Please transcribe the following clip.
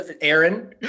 Aaron